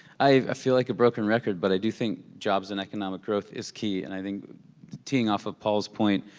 i feel like a broken record, but i do think jobs and economic growth is key, and i think teeing off of paul's point,